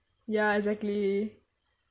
ya exactly